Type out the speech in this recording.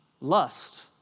lust